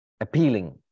appealing